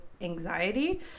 anxiety